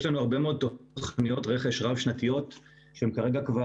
יש לנו הרבה מאוד תוכניות רכש רב-שנתיות שהן כרגע כבר